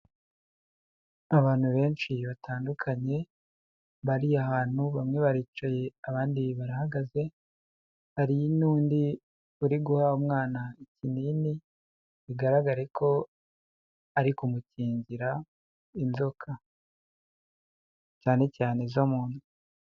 Abantu benshi batandukanye, bari ahantu bamwe baricaye, abandi barahagaze, hari n'undi uri guha umwana ikinini, bigaragare ko ari kumukingira inzoka. Cyane cyane, izo mu nda.